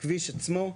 הכביש עצמו,